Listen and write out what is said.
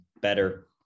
better